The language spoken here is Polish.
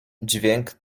dźwięk